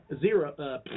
zero